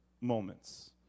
moments